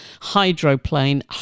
Hydroplane